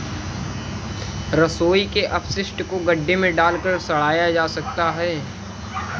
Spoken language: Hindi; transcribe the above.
रसोई के अपशिष्ट को गड्ढे में डालकर सड़ाया जाता है